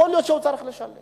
יכול להיות שהוא צריך לשלם,